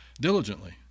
diligently